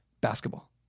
basketball